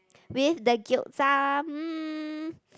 with the gyoza mm